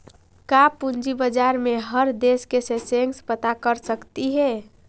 का पूंजी बाजार में हर देश के सेंसेक्स पता कर सकली हे?